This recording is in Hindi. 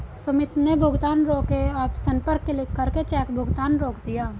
सुमित ने भुगतान रोके ऑप्शन पर क्लिक करके चेक भुगतान रोक दिया